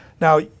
Now